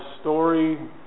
story